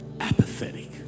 Apathetic